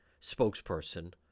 spokesperson